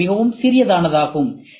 இங்கே மிகவும் சிறியதானதாகும்